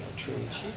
change.